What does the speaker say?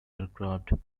aircraft